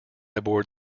aboard